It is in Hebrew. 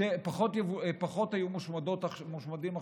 פחות עופות היו מושמדים,